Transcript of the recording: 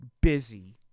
busy